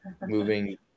moving